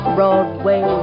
Broadway